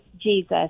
Jesus